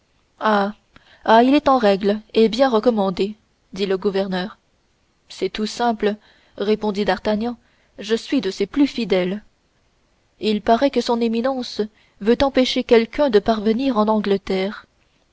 il est en règle et bien recommandé dit le gouverneur c'est tout simple répondit d'artagnan je suis de ses plus fidèles il paraît que son éminence veut empêcher quelqu'un de parvenir en angleterre